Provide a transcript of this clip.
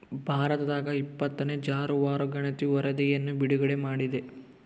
ಭಾರತದಾಗಇಪ್ಪತ್ತನೇ ಜಾನುವಾರು ಗಣತಿ ವರಧಿಯನ್ನು ಬಿಡುಗಡೆ ಮಾಡಿದೆ